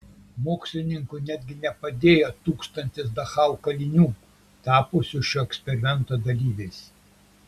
mokslininkui netgi nepadėjo tūkstantis dachau kalinių tapusių šio eksperimento dalyviais